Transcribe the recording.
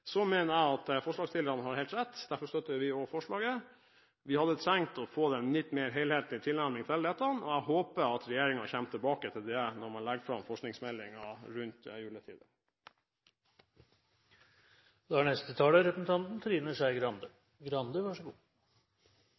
derfor støtter vi forslaget. Vi hadde trengt å få en litt mer helhetlig tilnærming til dette, og jeg håper at regjeringen kommer tilbake til dette når forskningsmeldingen legges fram rundt juletider. Jeg er litt usikker på om representanten